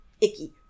icky